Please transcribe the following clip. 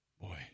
Boy